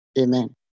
Amen